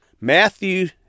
Matthew